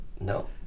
no